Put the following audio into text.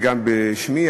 גם בשמי,